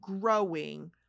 growing